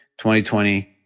2020